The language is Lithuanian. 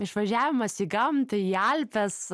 išvažiavimas į gamtą į alpes